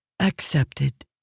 accepted